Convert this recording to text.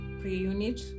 pre-unit